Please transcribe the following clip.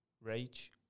rage